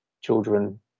children